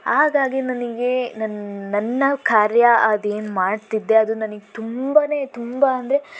ಹಾಗಾಗಿ ನನಗೆ ನನ್ನ ನನ್ನ ಕಾರ್ಯ ಅದೇನು ಮಾಡ್ತಿದ್ದೆ ಅದು ನನಗೆ ತುಂಬನೇ ತುಂಬ ಅಂದರೆ